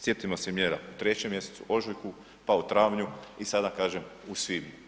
Sjetimo se mjera u 3. mjesecu, ožujku, pa u travnju i sada, kažem, u svibnju.